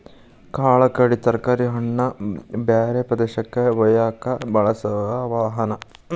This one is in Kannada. ಕಾಳ ಕಡಿ ತರಕಾರಿ ಹಣ್ಣ ಬ್ಯಾರೆ ಪ್ರದೇಶಕ್ಕ ವಯ್ಯಾಕ ಬಳಸು ವಾಹನಾ